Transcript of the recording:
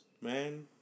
man